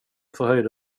förhöjde